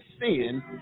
sin